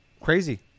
Crazy